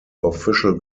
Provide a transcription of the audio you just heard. official